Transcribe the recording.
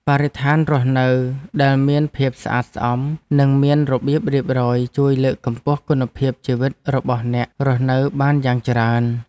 បរិស្ថានរស់នៅដែលមានភាពស្អាតស្អំនិងមានរបៀបរៀបរយជួយលើកកម្ពស់គុណភាពជីវិតរបស់អ្នករស់នៅបានយ៉ាងច្រើន។